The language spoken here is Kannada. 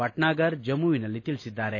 ಭಟ್ನಾಗರ್ ಜಮ್ಮವಿನಲ್ಲಿ ತಿಳಿಸಿದ್ದಾರೆ